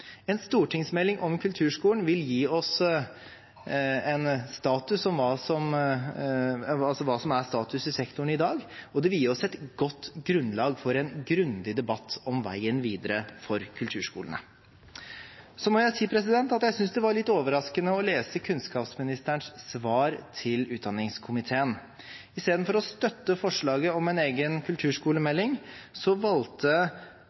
En stortingsmelding om kulturskolen vil gi oss et bilde av hva som er status i sektoren i dag, og det vil gi oss et godt grunnlag for en grundig debatt om veien videre for kulturskolene. Så må jeg si at jeg synes det var litt overraskende å lese kunnskapsministerens svar til utdanningskomiteen. Istedenfor å støtte forslaget om en egen kulturskolemelding valgte